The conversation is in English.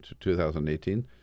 2018